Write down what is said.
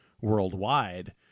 worldwide